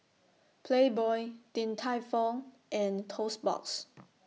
Playboy Din Tai Fung and Toast Box